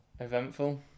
Eventful